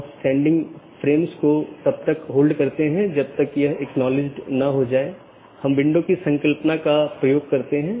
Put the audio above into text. और EBGP में OSPF इस्तेमाल होता हैजबकि IBGP के लिए OSPF और RIP इस्तेमाल होते हैं